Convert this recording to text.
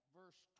verse